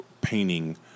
painting